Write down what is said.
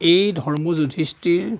এই ধৰ্ম যুধিষ্ঠিৰ